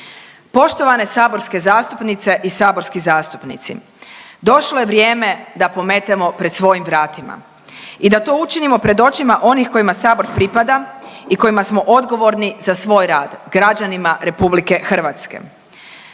Poštovane saborske zastupnice i saborski zastupnici došlo je vrijeme da pometemo pred svojim vratima i da to učinimo pred očima onih kojima Sabor pripada i kojima smo odgovorni za svoj rad, građanima RH.